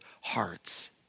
hearts